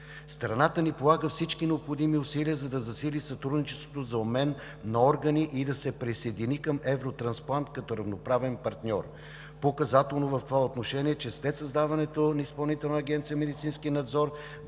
Страната ни полага всички необходими усилия, за да засили сътрудничеството за обмен на органи и да се присъедини към Евротрансплант като равноправен партньор. Показателно в това отношение е, че след създаването на Изпълнителна агенция „Медицински надзор“